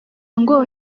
ngo